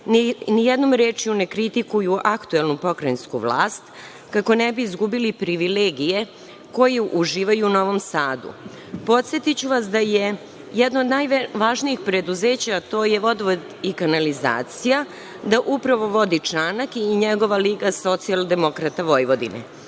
ni jednom rečju ne kritikuju aktuelnu pokrajinsku vlast, kako ne bi izgubili privilegije koje uživaju u Novom Sadu. Podsetiću vas da je jedno od najvažnijih preduzeća, to je vodovod i kanalizacija, da upravo vodi Čanak i njegova LSV. Vi za to kažete,